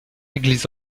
église